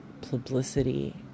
publicity